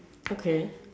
okay